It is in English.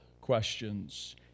questions